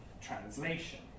translation